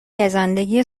گزندگی